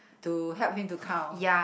to help him to count